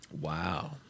Wow